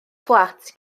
fflat